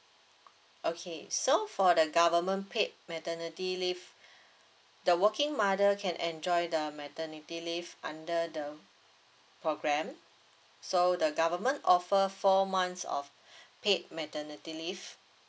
okay so for the government paid maternity leave the working mother can enjoy the maternity leave under the program so the government offer four months of paid maternity leave